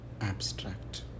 abstract